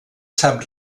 sap